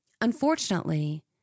Unfortunately